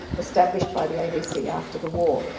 established by the abc after the war.